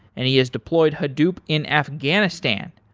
and he has deployed hadoop in afghanistan.